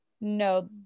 No